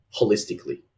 holistically